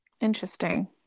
interesting